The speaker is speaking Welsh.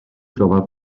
gofal